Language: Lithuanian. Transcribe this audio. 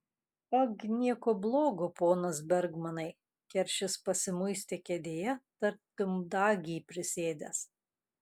ag nieko blogo ponas bergmanai keršis pasimuistė kėdėje tartum dagį prisėdęs